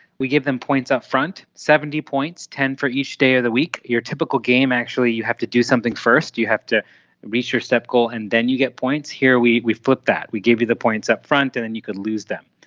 we gave them points up front, seventy points, ten for each day of the week. your typical game actually you have to do something first, you have to reach your step goal and then you get points. here we we flip that, we gave you the points up front and and you could lose them.